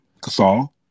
Casal